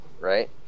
right